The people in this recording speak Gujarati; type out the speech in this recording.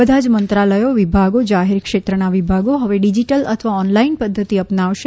બધા જ મંત્રાલયો વિભાગો જાહેર ક્ષેત્રના વિભાગો હવે ડીજીટલ અથવા ઓનલાઇન પધ્ધતિ અપનાવશે